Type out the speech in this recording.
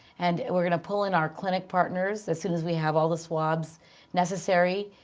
and we're going to pull in our clinic partners as soon as we have all the swabs necessary.